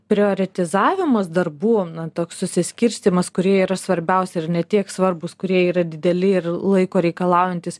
prioretizavimas darbų na toks susiskirstymas kurie yra svarbiausi ir ne tiek svarbūs kurie yra dideli ir laiko reikalaujantys